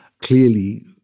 Clearly